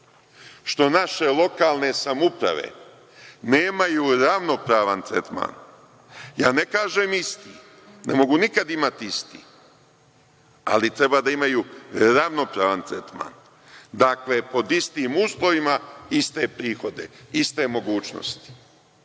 što naše lokalne samouprave nemaju ravnopravan tretman, da ne kažem isti, ne mogu nikad imati isti, ali treba da imaju ravnopravan tretman. Dakle, pod istim uslovima, iste prihode, iste mogućnosti,